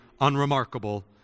unremarkable